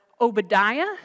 Obadiah